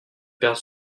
perdre